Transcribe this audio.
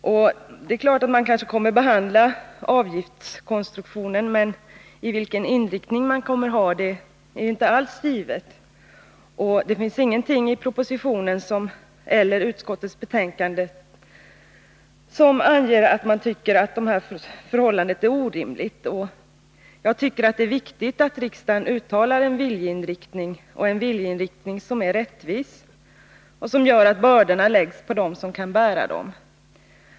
Frågan om avgiftskonstruktionen kommer alltså att behandlas av utredningen, men vilken inriktning för arbetet man kommer att ha är inte alls givet. Det finns ingenting i propositionen eller i utskottets betänkande som tyder på att man tycker att det förhållande jag påtalat är orimligt. Det är dock enligt min mening viktigt att riksdagen uttalar en viljeinriktning, som går ut på att man skall åstadkomma ett system som är rättvist och som gör att bördorna läggs på dem som kan bära dem.